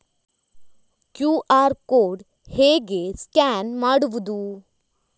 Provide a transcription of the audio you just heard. QR code ಹೇಗೆ scan ಮಾಡುವುದು?